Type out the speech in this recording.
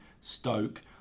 Stoke